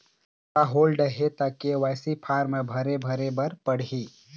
खाता होल्ड हे ता के.वाई.सी फार्म भरे भरे बर पड़ही?